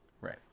Right